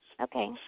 Okay